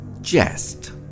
jest